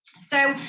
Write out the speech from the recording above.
so,